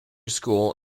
school